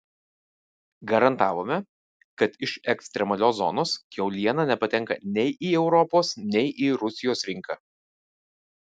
garantavome kad iš ekstremalios zonos kiauliena nepatenka nei į europos nei į rusijos rinką